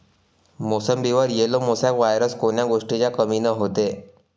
मोसंबीवर yellow mosaic virus कोन्या गोष्टीच्या कमीनं होते?